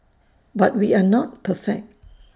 but we are not perfect